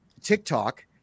TikTok